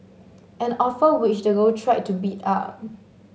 an offer which the girl tried to beat up